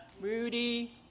Rudy